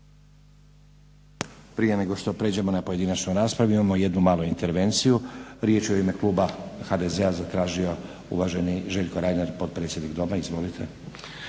Prije nego što pređemo na pojedinačnu raspravu imamo jednu malu intervenciju. Riječ je u ime kluba HDZ-a zatražio uvaženi Željko Reiner, potpredsjednik Doma. Izvolite.